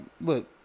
Look